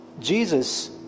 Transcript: Jesus